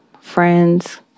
friends